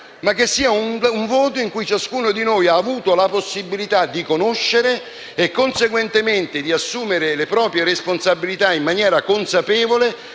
ma che sia un voto in cui ciascuno di noi abbia avuto la possibilità di conoscere e conseguentemente di assumere le proprie responsabilità in maniera consapevole